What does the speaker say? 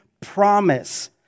promise